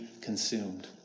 consumed